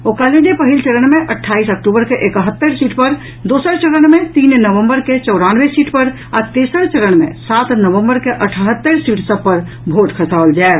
ओ कहलनि जे पहिल चरण मे अट्ठाईस अक्टूबर के एकहत्तरि सीट पर दोसर चरण मे तीन नवम्बर के चौरानवे सीट पर आ तेसर चरण मे सात नवम्बर के अठहत्तरि सीट सभ पर भोट खसाओल जायत